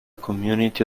community